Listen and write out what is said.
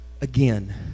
again